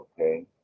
okay